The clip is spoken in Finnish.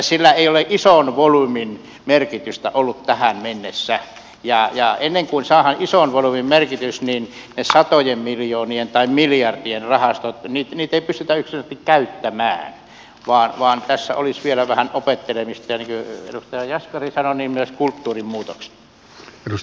sillä ei ole ison volyymin merkitystä ollut tähän mennessä ja ennen kuin saadaan ison volyymin merkitys niin niitä satojen miljoonien tai miljardien rahastoja ei pystytä yksinkertaisesti käyttämään vaan tässä olisi vielä vähän opettelemista ja niin kuin edustaja jaskari sanoi myös kulttuurinmuutosta